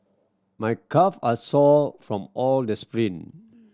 my calve are sore from all the sprint